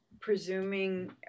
presuming